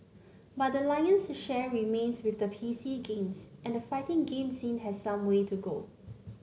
but the lion's share remains with P C games and the fighting game scene has some way to go